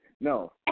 No